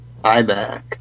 iMac